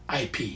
IP